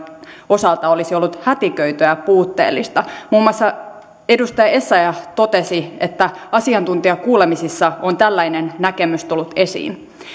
osalta olisi ollut hätiköityä ja ja puutteellista muun muassa edustaja essayah totesi että asiantuntijakuulemisissa on tällainen näkemys tullut esiin